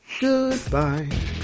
Goodbye